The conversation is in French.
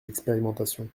expérimentations